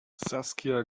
saskia